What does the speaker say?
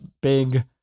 big